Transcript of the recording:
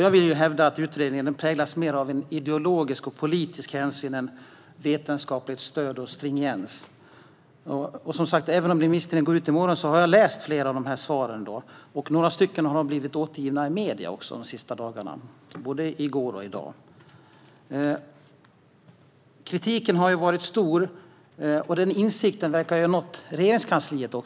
Jag hävdar att utredningen präglas mer av ideologisk och politisk hänsyn än vetenskapligt stöd och stringens. Även om remisstiden går ut först i morgon har jag läst flera av svaren, och några har också återgivits i medierna i går och i dag. Kritiken har varit stor, och denna insikt verkar ha nått Regeringskansliet.